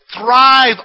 thrive